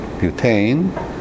butane